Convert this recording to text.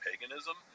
paganism